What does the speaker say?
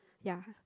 ya